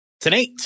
Tonight